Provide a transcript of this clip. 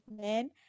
men